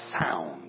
sound